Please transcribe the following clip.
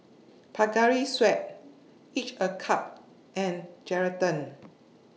Pocari Sweat Each A Cup and Geraldton